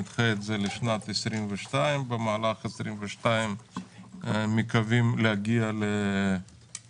נדחה את זה לשנת 2022. במהלך 2022 מקווים להגיע להסכמות